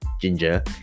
ginger